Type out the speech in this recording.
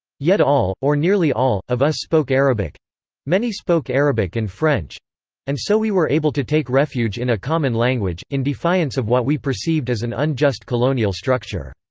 yet all, or nearly all, of us spoke arabic many spoke arabic and french and so we were able to take refuge in a common language, in defiance of what we perceived as an unjust colonial structure.